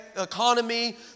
economy